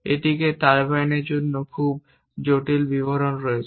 এটিতে টারবাইনের জন্যও খুব জটিল বিবরণ রয়েছে